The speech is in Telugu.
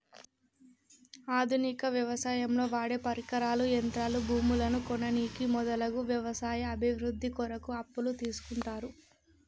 ఆధునిక వ్యవసాయంలో వాడేపరికరాలు, యంత్రాలు, భూములను కొననీకి మొదలగు వ్యవసాయ అభివృద్ధి కొరకు అప్పులు తీస్కుంటరు